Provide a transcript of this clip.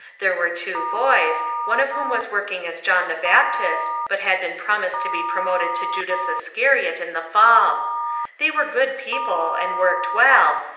there were two boys, one of whom was working as john the baptist, but had been promised to be promoted to judas iscariot in the fall they were good people, and worked well,